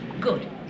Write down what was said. Good